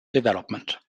development